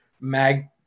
mag